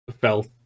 felt